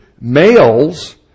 males